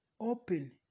open